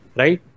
right